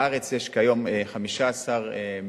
בארץ יש כיום 15 מקלטים,